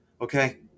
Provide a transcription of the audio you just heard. Okay